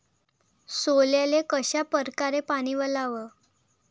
सोल्याले कशा परकारे पानी वलाव?